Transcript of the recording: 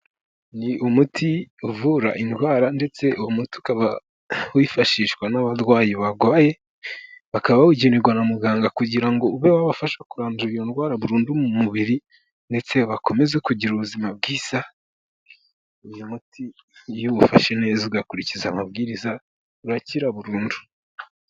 Ni umuti uvura indwara ndetse uwo muti ukaba wifashishwa n'abarwayi barwaye bakaba bawugenerwa na muganga kugira ngo ube wabafasha kurandura iyo ndwara burundu mu mubiri ndetse bakomeze kugira ubuzima bwiza, uyu muti iyo uwufashe neza ugakurikiza amabwiriza, urakira burundu.